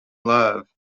love